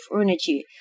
energy